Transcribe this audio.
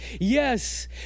Yes